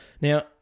Now